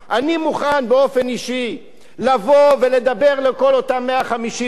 אני מוכן באופן אישי לבוא ולדבר עם כל אותם 150 איש,